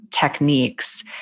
techniques